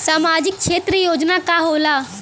सामाजिक क्षेत्र योजना का होला?